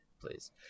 Please